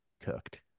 cooked